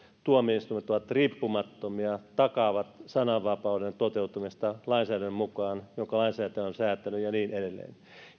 tuomioistuimet ovat riippumattomia ja takaavat sananvapauden toteutumista sen lainsäädännön mukaan jonka lainsäätäjä on säätänyt ja niin